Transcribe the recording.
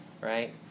right